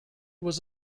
was